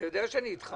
אתה יודע שאני איתך.